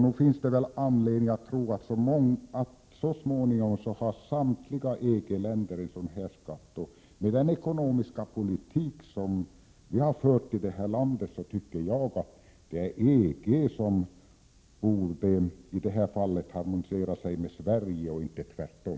Nog finns det väl anledning att tro att samtliga EG-länder så småningom inför en sådan här skatt. Med den ekonomiska politik som vi har fört i vårt land tycker jag att det i det här fallet är EG som borde harmonisera sig med Sverige, inte tvärtom.